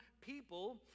people